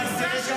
תודה.